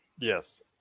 Yes